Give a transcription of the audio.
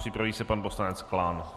Připraví se pan poslanec Klán.